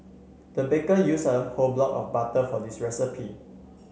the baker used a whole block of butter for this recipe